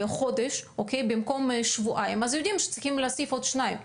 חודש במקום שבועיים אז יודעים שצריכים להוסיף עוד שניים.